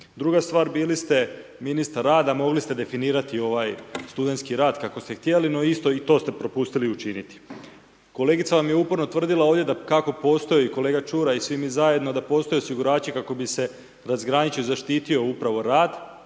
Druga stvar, bili ste ministar rada, mogli ste definirati ovaj studentski rad kako ste htjeli, no isto, i to ste prepustili to učiniti. Kolegica vam je uporno tvrdila ovdje, kako postoji kolega Čuraj i svi mi zajedno da postoje osigurači kako bi se razgraničio i zaštiti upravo rad